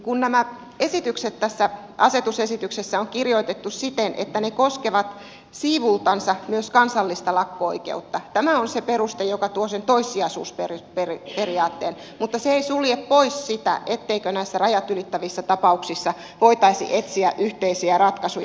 kun nämä esitykset tässä asetusesityksessä on kirjoitettu siten että ne koskevat siivultansa myös kansallista lakko oikeutta tämä on se peruste joka tuo sen toissijaisuusperiaatteen mutta se ei sulje pois sitä etteikö näissä rajat ylittävissä tapauksissa voitaisi etsiä yhteisiä ratkaisuja